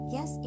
Yes